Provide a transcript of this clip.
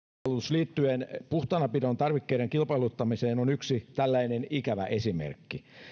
liittyen puhtaanapidon tarvikkeiden kilpailuttamiseen on yksi tällainen ikävä esimerkki